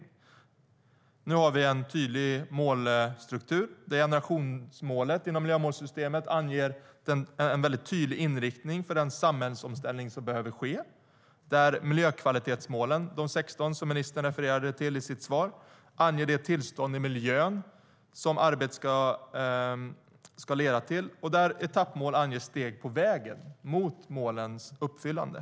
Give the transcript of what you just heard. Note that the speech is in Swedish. Nu har vi en tydlig målstruktur där generationsmålet inom miljömålssystemet anger en mycket tydlig inriktning för den samhällsomställning som behöver ske, där de 16 miljökvalitetsmål som ministern refererade till i sitt svar anger det tillstånd i miljön som arbetet ska leda till och där etappmål anger steg på vägen mot målens uppfyllande.